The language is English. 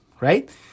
right